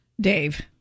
Dave